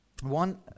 one